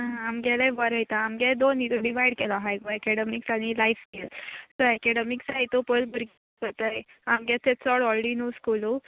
आं आमगेलें बरें वोयता आमगे दोन हितून डिवायड केलो आहाय गो एकडेमिक्स आनी लायफ स्केल्स सो एकेडमिक्सा हितू पयलीं भुरगीं पळयताय आमगे ते चड व्हडलें न्हू स्कुलू